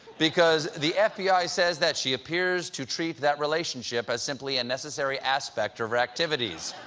because the f b i. says that, she appears to treat that relationship as simply a necessary aspect of her activities.